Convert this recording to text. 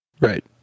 Right